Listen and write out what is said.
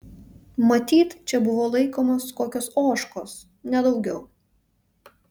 matyt čia buvo laikomos kokios ožkos nedaugiau